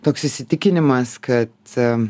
toks įsitikinimas kad